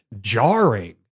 jarring